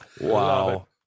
Wow